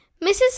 Mrs